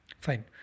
fine